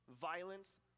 violence